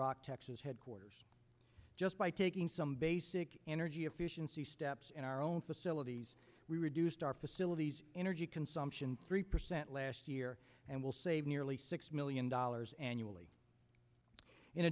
rock texas headquarters just by taking some basic energy efficiency steps in our own facilities we reduced our facilities energy consumption three percent last year and will save nearly six million dollars annually in